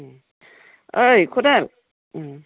ओइ खदाल